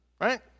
right